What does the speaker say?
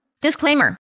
Disclaimer